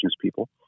people